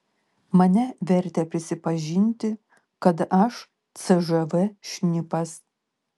mane vertė prisipažinti kad aš cžv šnipas